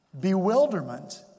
Bewilderment